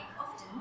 often